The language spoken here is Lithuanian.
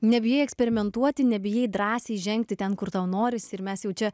nebijai eksperimentuoti nebijai drąsiai žengti ten kur tau norisi ir mes jau čia